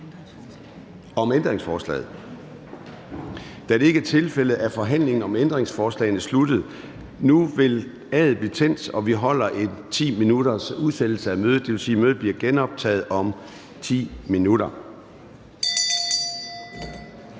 Da det ikke er tilfældet, er forhandlingen om ændringsforslagene sluttet. Nu vil A'et blive tændt, og vi udsætter mødet i 10 minutter. Det vil sige, at mødet bliver genoptaget om 10 minutter.